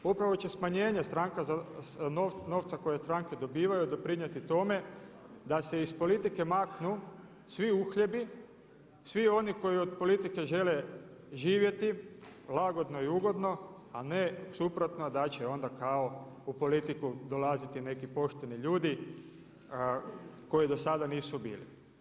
Upravo će smanjenje novca koje stranke dobivaju doprinijeti tome da se iz politike maknu svi uhljebi, svi oni koji od politike žele živjeti lagodno i ugodno, a ne suprotno da će onda kao u politiku dolaziti neki pošteni ljudi koji dosada nisu bili.